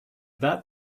that